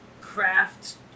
craft